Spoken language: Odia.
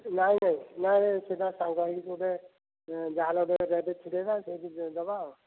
ନାଇ ନାଇ ନାଇ ନାଇ ସେଟା ସାଙ୍ଗ ହେଇକି ଗୋଟେ ଏଁ ଯାହାହେଲେ ଗୋଟେ ଛିଡ଼େଇବା ସେଇଠି ଦେବା ଆଉ